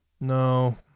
No